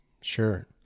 Sure